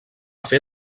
fer